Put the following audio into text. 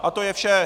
A to je vše.